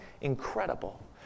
incredible